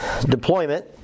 deployment